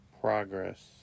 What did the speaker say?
progress